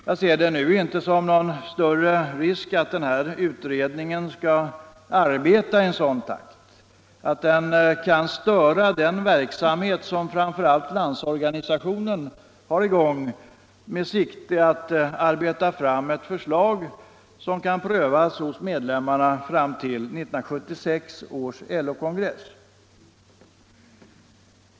Jag ser det nu inte som någon större risk att den utredningen skall arbeta i en sådan takt att den kan störa den verksamhet som framför allt Landsorganisationen har i gång med sikte på att arbeta fram ett förslag, som kan prövas hos medlemmarna fram till 1976 års LO-kongress.